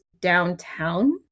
downtown